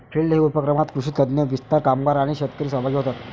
field day उपक्रमात कृषी तज्ञ, विस्तार कामगार आणि शेतकरी सहभागी होतात